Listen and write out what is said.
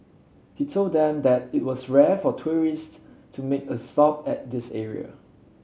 he told them that it was rare for tourists to make a stop at this area